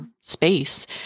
space